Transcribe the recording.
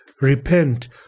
repent